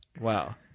Wow